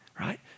right